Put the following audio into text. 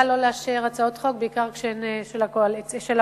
לא לאשר הצעות חוק בעיקר כשהן של האופוזיציה,